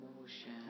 motion